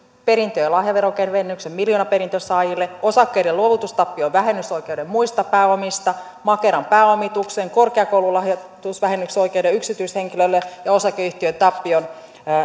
perintö ja lahjaveronkevennyksen miljoonaperinnön saajille osakkeiden luovutustappion vähennysoikeuden muista pääomista makeran pääomituksen korkeakoululahjoitusvähennysoikeuden yksityishenkilölle ja osakeyhtiötappion